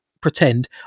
pretend